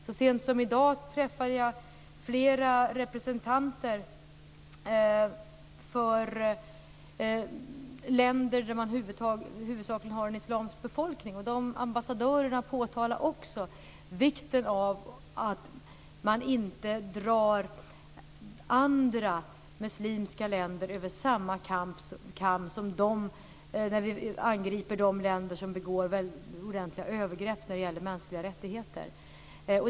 Så sent som i dag träffade jag flera representanter för länder där man huvudsakligen har en islamsk befolkning. De ambassadörerna påpekar också vikten av att man inte drar alla muslimska länder över samma kam när vi angriper de länder som begår ordentliga övergrepp när det gäller mänskliga rättigheter.